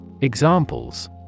Examples